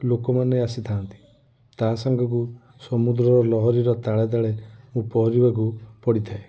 ଲୋକମାନେ ଆସିଥାନ୍ତି ତା ସାଙ୍ଗକୁ ସମୁଦ୍ରର ଲହରୀର ତାଳେ ତାଳେ ପହଁରିବାକୁ ପଡ଼ିଥାଏ